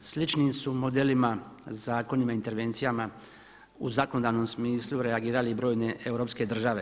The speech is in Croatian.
Sličnim su modelima, zakonima, intervencijama u zakonodavnom smislu reagirali i brojne europske države.